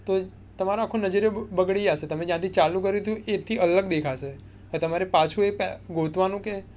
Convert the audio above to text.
તો તમારો આખો નજરિયો બગડી જશે તમે જાતે ચાલુ કર્યું હતું એથી અલગ દેખાશે તો તમારે પાછું એ ગોતવાનું કે